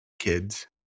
kids